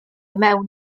mewn